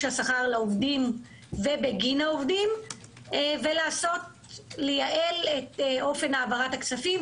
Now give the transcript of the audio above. השכר לעובדים ובגין העובדים ולייעל את אופן העברת הכספים.